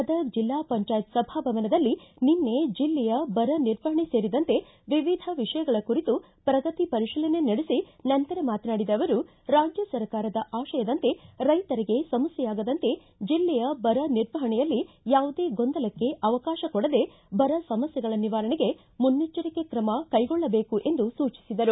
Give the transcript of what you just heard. ಗದಗ ಜಿಲ್ಲಾ ಪಂಚಾಯತ್ ಸಭಾಭವನದಲ್ಲಿ ನಿನ್ನೆ ಜಿಲ್ಲೆಯ ಬರ ನಿರ್ವಹಣೆ ಸೇರಿದಂತೆ ವಿವಿಧ ವಿಷಯಗಳ ಕುರಿತು ಪ್ರಗತಿ ಪರಿಶೀಲನೆ ನಡೆಸಿ ನಂತರ ಮಾತನಾಡಿದ ಅವರು ರಾಜ್ಯ ಸರ್ಕಾರದ ಆಶಯದಂತೆ ರೈತರಿಗೆ ಸಮಸ್ಥೆಯಾಗದಂತೆ ಜೆಲ್ಲೆಯ ಬರ ನಿರ್ವಹಣೆಯಲ್ಲಿ ಯಾವುದೇ ಗೊಂದಲಕ್ಷೆ ಅವಕಾಶ ಕೊಡದೇ ಬರ ಸಮಸ್ಥೆಗಳ ನಿವಾರಣೆಗೆ ಮುನ್ನೆಚ್ಚರಿಕೆ ಕ್ರಮ ಕೈಗೊಳ್ಳಬೇಕು ಎಂದು ಸೂಚಿಸಿದರು